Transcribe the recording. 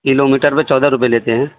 کلو metre پہ چودہ روپئے لیتے ہیں